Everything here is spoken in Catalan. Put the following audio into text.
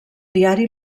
diari